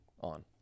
on